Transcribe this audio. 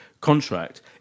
contract